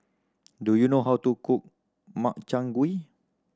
do you know how to cook Makchang Gui